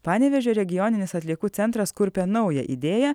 panevėžio regioninis atliekų centras kurpia naują idėją